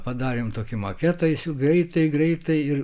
padarėm tokį maketą jis jau greitai greitai ir